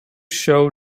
show